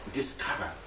discover